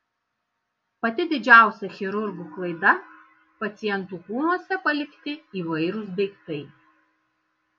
pati dažniausia chirurgų klaida pacientų kūnuose palikti įvairūs daiktai